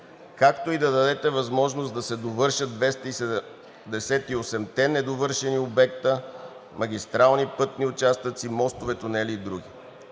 както и да дадете възможност да се довършат 278-те обекта, магистрални пътни участъци, мостове, тунели и други,